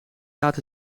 laat